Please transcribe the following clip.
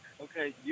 Okay